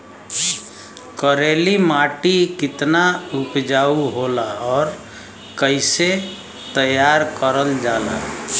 करेली माटी कितना उपजाऊ होला और कैसे तैयार करल जाला?